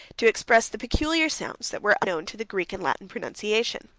to express the peculiar sounds that were unknown to the greek and latin pronunciation.